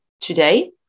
today